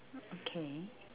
okay